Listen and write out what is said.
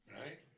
right